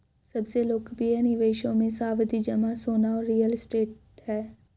सबसे लोकप्रिय निवेशों मे, सावधि जमा, सोना और रियल एस्टेट है